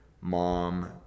mom